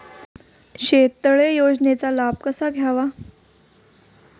शेततळे योजनेचा लाभ कसा घ्यावा?